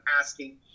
asking